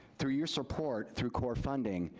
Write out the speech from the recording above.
through your support, through core funding,